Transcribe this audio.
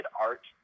art